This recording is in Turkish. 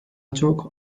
çok